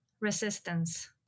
resistance